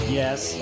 yes